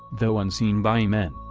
though unseen by men,